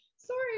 sorry